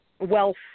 wealth